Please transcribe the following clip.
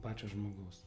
pačio žmogaus